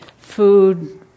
food